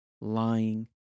lying